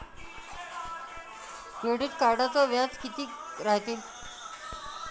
Credit कार्डचं व्याज कितीक रायते?